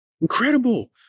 Incredible